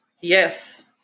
Yes